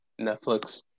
netflix